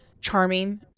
charming